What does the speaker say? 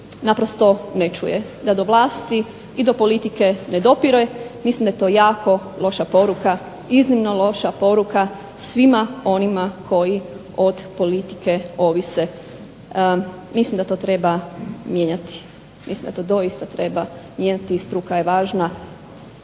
naprosto ne čuje, da do vlasti i do politike ne dopire, mislim da je to jako loša poruka, iznimno loša poruka svima onima koji od politike ovise. Mislim da to treba mijenjati, mislim da to doista treba mijenjati i struka je važna,